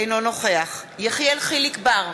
אינו נוכח יחיאל חיליק בר,